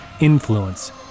influence